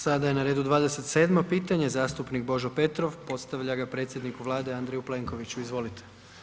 Sada je na redu 27 pitanje, zastupnik Božo Petrov, postavlja ga predsjedniku Vlade, Andreju Plenkoviću, izvolite.